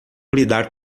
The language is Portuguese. lidar